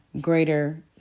greater